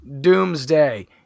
doomsday